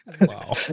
Wow